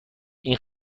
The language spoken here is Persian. این